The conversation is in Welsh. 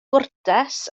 gwrtais